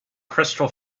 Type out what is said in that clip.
crystal